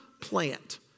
plant